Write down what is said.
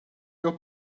your